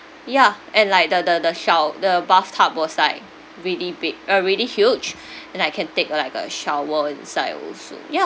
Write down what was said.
ya and like the the the sho~ the bath tub was like really big uh really huge and I can take like a shower inside also ya